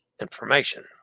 information